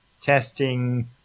testing